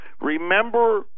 Remember